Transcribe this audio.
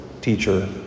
teacher